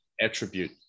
attribute